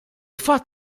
fatt